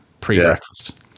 pre-breakfast